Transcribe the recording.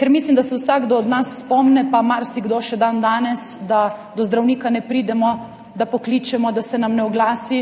Ker mislim, da se vsakdo od nas spomni, pa marsikje še dandanes, da do zdravnika ne pridemo, da pokličemo, da se nam ne oglasi,